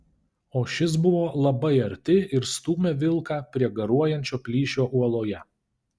o šis buvo labai arti ir stūmė vilką prie garuojančio plyšio uoloje